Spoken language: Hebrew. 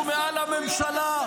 הוא מעל הממשלה,